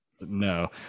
no